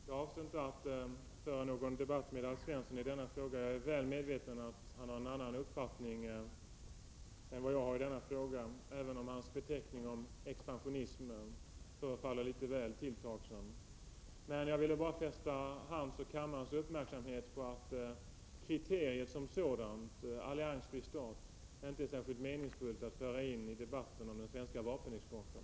Herr talman! Jag avser inte att föra någon debatt med Alf Svensson i denna fråga. Jag är väl medveten om att han har en annan uppfattning än jag i denna fråga, även om vad han sade om expansionist förefaller litet väl tilltagset. Jag vill bara fästa hans och kammarens uppmärksamhet på att kriteriet alliansfri stat som sådant inte är särskilt meningsfullt att föra in i en debatt om den svenska vapenexporten.